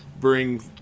bring